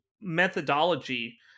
methodology